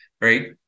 right